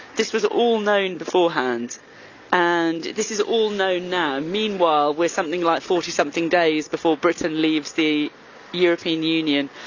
this was all known beforehand and this is all known now. meanwhile we're something like forty something days before britain leaves the european union,